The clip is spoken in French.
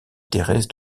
thérèse